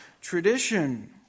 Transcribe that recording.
tradition